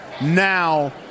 now